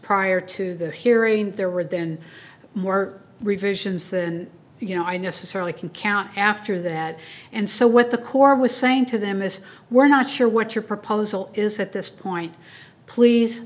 prior to the hearing there were then more revisions than you know i necessarily can count after that and so what the corps was saying to them is we're not sure what your proposal is at this point please